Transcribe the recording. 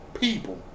people